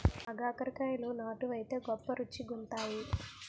ఆగాకరకాయలు నాటు వైతే గొప్ప రుచిగుంతాయి